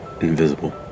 invisible